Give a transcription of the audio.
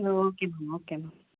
okay ma'am okay ma'am